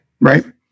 Right